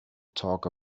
talk